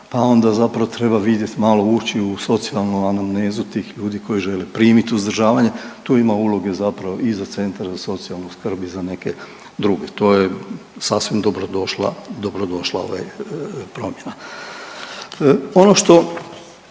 Pa onda treba vidjeti malo, ući u socijalnu anamnezu tih ljudi koji žele primit uzdržavanje. Tu ima uloge zapravo i centar za socijalnu skrb i za neke druge. To je sasvim dobrodošla, dobrodošla ovaj promjena. Ono što